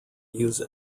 use